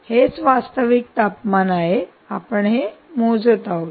हेच वास्तविक तापमान आहे आपण हे मोजत आहोत